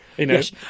Yes